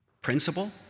principle